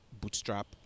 bootstrap